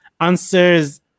answers